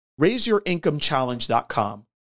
RaiseYourIncomeChallenge.com